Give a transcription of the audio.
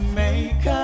make